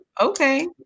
Okay